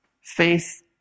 Faith